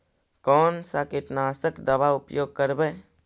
कोन सा कीटनाशक दवा उपयोग करबय?